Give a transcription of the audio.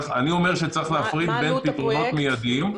מה עלות הפרויקט?